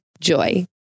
Joy